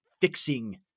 fixing